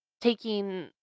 taking